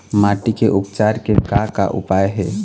माटी के उपचार के का का उपाय हे?